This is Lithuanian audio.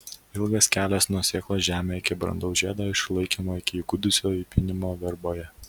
ilgas kelias nuo sėklos žemėje iki brandaus žiedo išlaikymo ir įgudusio įpynimo verboje